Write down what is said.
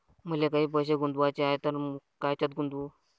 मले काही पैसे गुंतवाचे हाय तर कायच्यात गुंतवू?